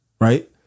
right